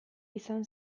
izan